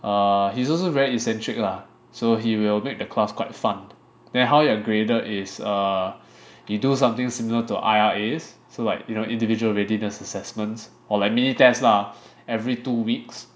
err he's also very eccentric lah so he will make the class quite fun then how you're graded is err they do something similar to I_R_As so like you know individual readiness assessments or like mini test lah every two weeks